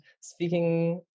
speaking